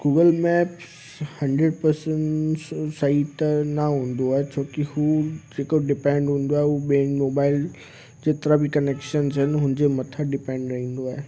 Google Maps hundred percent सही त न हूंदो आहे छो की हू जेको डिपैंड हूंदो आहे हू ॿियनि मोबाइल जेतिरा बि कनैक्शंस आहिनि हुन जे मथां डिपैंड रहंदो आहे